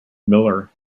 millar